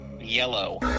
Yellow